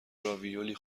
راویولی